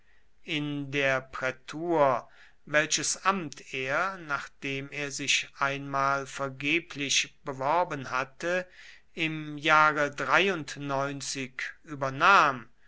in der prätur welches amt er nachdem er sich einmal vergeblich beworben hatte im jahre übernahm